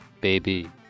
baby